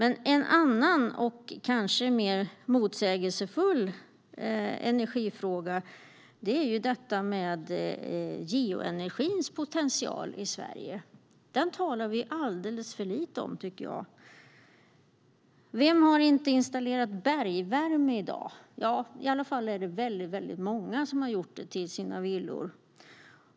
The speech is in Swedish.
En annan och mer motsägelsefull energifråga är geoenergins potential i Sverige. Den talar vi alldeles för lite om. Vem har inte installerat bergvärme i dag? I alla fall har många installerat bergvärme till sina villor.